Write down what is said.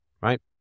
right